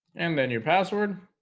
and then your password